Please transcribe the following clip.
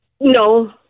No